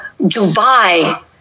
Dubai